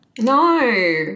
No